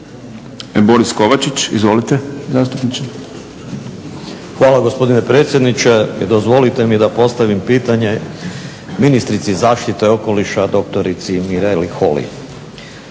**Kovačić, Borislav (SDP)** Hvala gospodine predsjedniče. I dozvolite mi da postavim pitanje ministrici zaštite okoliša doktorici Mireli Holy.